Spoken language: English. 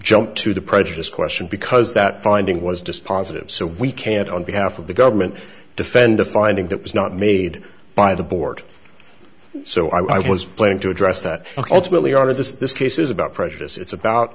jumped to the prejudice question because that finding was dispositive so we can't on behalf of the government defend a finding that was not made by the board so i was playing to address that ultimately out of this this case is about prejudice it's about